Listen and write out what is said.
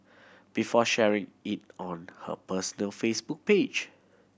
before sharing it on her personal Facebook page